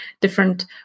different